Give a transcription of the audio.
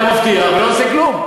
אתה מבטיח ולא עושה כלום.